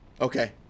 Okay